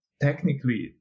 Technically